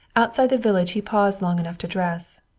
outside the village he paused long enough to dress.